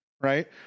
right